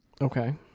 Okay